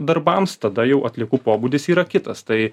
darbams tada jau atliekų pobūdis yra kitas tai